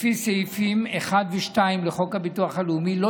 לפי סעיפים 1 ו-2 לחוק הביטוח הלאומי לא